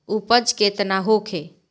उपज केतना होखे?